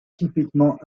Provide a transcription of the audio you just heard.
typiquement